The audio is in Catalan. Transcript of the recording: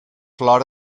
flor